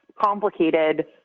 complicated